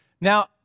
Now